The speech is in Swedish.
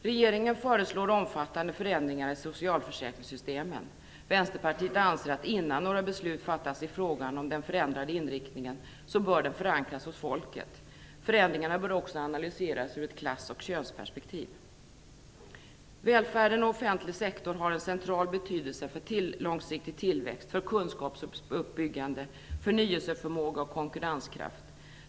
Regeringen föreslår omfattande förändringar i socialförsäkringssystemen. Vänsterpartiet anser att frågan om den förändrade inriktning bör förankras hos folket innan några beslut fattas. Förändringarna bör också analyseras ur ett klass och könsperspektiv. Välfärden och offentlig sektor har en central betydelse för långsiktig tillväxt, för kunskapsuppbyggande, förnyelseförmåga och konkurrenskraft.